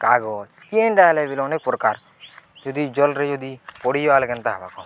କାଗଜ କେନ୍ଟା ହେଲେ ବଲେ ଅନେକ ପ୍ରକାର ଯଦି ଜଲ୍ରେ ଯଦି ପଡ଼ିଯିବା ବେଲେ କେନ୍ତା ହେବା କହ